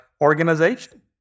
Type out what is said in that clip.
organization